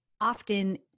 often